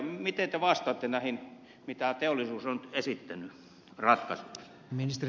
miten te vastaatte näihin mitä teollisuus on esittänyt mikä ratkaisuksi